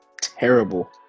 terrible